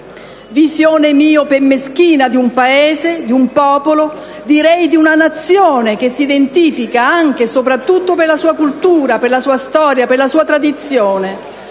Visione miope e meschina di un Paese, di un popolo, direi di una Nazione che si identifica anche e soprattutto per la sua cultura, per la sua storia, per la sua tradizione.